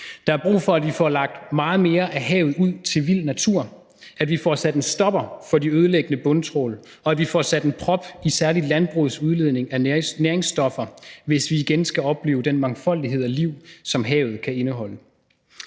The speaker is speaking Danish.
Der er brug for, at vi får lagt meget mere af havet ud til vild natur, at vi får sat en stopper for de ødelæggende bundtrawl, og at vi får sat en prop i særlig landbrugets udledning af næringsstoffer, hvis vi igen skal opleve den mangfoldighed af liv, som havet kan indeholde.